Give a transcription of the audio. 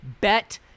Bet